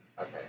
Okay